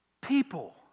people